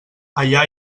allà